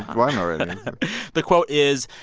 won already the quote is,